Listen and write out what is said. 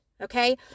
okay